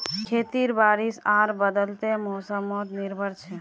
खेती बारिश आर बदलते मोसमोत निर्भर छे